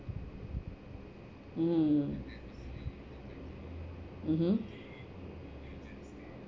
mm mmhmm